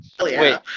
Wait